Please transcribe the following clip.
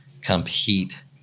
compete